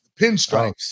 Pinstripes